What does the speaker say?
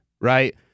right